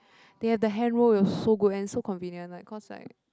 they have the handroll it was so good and so convenient like cause like